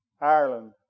Ireland